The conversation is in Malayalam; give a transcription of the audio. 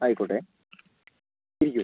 ആയിക്കോട്ടെ ഇരിക്ക്